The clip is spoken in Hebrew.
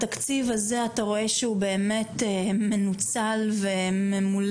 התקציב הזה, אתה רואה שהוא באמת מנוצל וממולא?